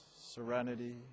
serenity